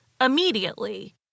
immediately